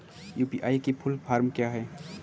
UPI की full form क्या है?